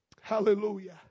hallelujah